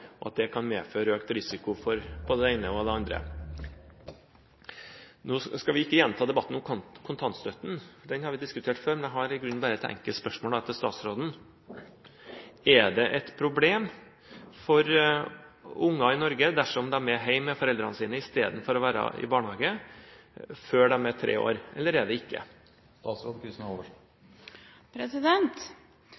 og at det kan medføre økt risiko for både det ene og det andre. Vi skal ikke gjenta debatten om kontantstøtten, den har vi diskutert før. Jeg har i grunnen bare et enkelt spørsmål til statsråden: Er det et problem for unger i Norge dersom de er hjemme med foreldrene sine istedenfor å være i barnehage før de er tre år, eller er det ikke?